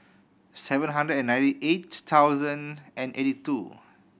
seven hundred and ninety eight thousand and eighty two